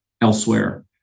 elsewhere